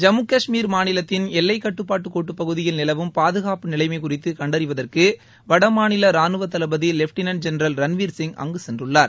ஜம்மு கஷ்மீர் மாநிலத்தின் எல்லைக்கட்டுப்பாட்டுக் கோட்டுப் பகுதியில நிலவும் பாதுகாப்பு நிலைமை குறித்து கண்டறிவதற்கு வடமாநில ரானுவ தளபதி லெப்டினென்ட் ஜெனரல் ரன்வீர்சிய் அங்கு சென்றுள்ளார்